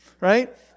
Right